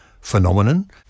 phenomenon